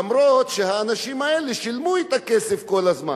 אף-על-פי שהאנשים האלה שילמו את הכסף כל הזמן.